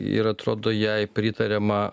ir atrodo jai pritariama